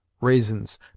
raisins